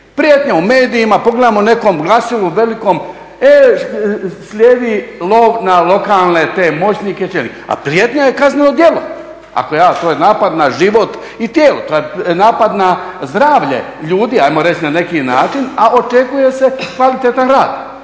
Prijetnja u medijima, pogledamo u nekom glasilu velikom e slijedi lov na lokalne te moćnike. A prijetnja je kazneno djelo, to je napad na život i tijelo, napad na zdravlje ljudi ajmo reći na neki način a očekuje se kvalitetan rad